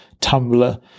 Tumblr